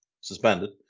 suspended